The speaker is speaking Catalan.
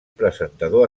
presentador